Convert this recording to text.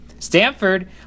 Stanford